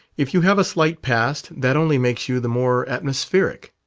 if you have a slight past, that only makes you the more atmospheric.